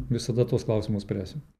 visada tuos klausimus spręsim